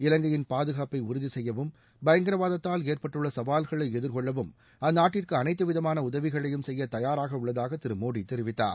இலங்கையின் பாதுகாப்பை உறுதி செய்யவும் பயங்கரவாதத்தால் ஏற்பட்டுள்ள சவால்களை எதிர்கொள்ளவும் அந்நாட்டிற்கு அனைத்து விதமான உதவிகளையும் செய்யத் தயராக உள்ளதாக திரு மோடி தெரிவித்தார்